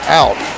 out